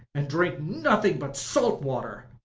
and drink nothing but salt water!